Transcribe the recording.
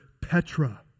Petra